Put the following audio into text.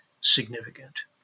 significant